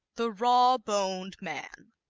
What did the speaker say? the raw-boned man